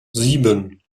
sieben